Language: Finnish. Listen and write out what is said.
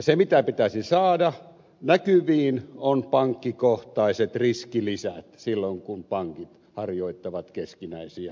se mitä pitäisi saada näkyviin on pankkikohtaiset riskilisät silloin kun pankit harjoittavat keskinäisiä rahamarkkinakauppoja